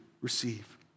receive